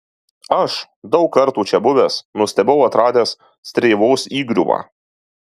aš daug kartų čia buvęs nustebau atradęs strėvos įgriuvą